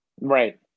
Right